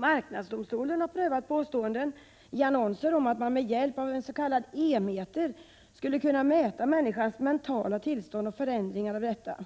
Marknadsdomstolen har prövat påståenden i annonser om att man med hjälp av en s.k. E-meter skulle kunna mäta människans mentala tillstånd och förändringar av detta.